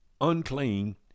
unclean